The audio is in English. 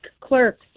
clerk